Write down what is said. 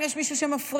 אם יש מישהו שמפריע,